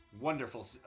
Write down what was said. wonderful